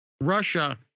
russia